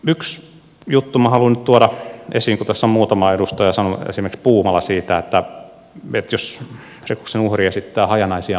yhden jutun haluan nyt tuoda esiin kun tässä on muutama edustaja sanonut esimerkiksi puumala siitä että jos rikoksen uhri esittää hajanaisia muistikuvia